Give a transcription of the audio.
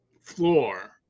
floor